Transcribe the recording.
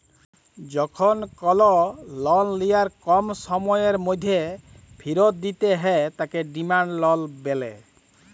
যখল কল লল লিয়ার কম সময়ের ম্যধে ফিরত দিতে হ্যয় তাকে ডিমাল্ড লল ব্যলে